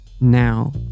now